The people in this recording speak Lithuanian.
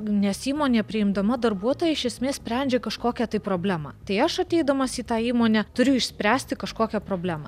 nes įmonė priimdama darbuotoją iš esmės sprendžia kažkokią tai problemą tai aš ateidamas į tą įmonę turiu išspręsti kažkokią problemą